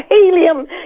helium